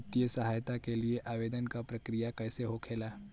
वित्तीय सहायता के लिए आवेदन क प्रक्रिया कैसे होखेला?